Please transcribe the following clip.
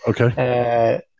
okay